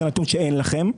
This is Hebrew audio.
זה נתון שאין לכם.